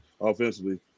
offensively